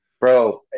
Bro